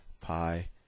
pi